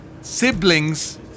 siblings